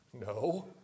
No